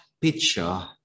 picture